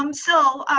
um so,